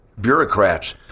bureaucrats